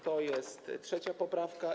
To jest trzecia poprawka.